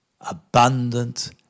abundant